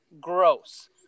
gross